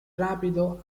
rapido